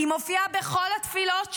היא מופיעה בכל התפילות שלנו,